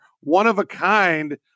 one-of-a-kind